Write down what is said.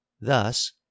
Thus